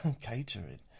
catering